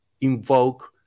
invoke